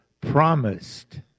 Promised